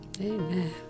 amen